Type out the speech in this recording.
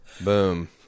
Boom